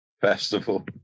Festival